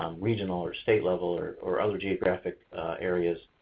um regional, or state level, or or other geographic areas.